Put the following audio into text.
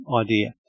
idea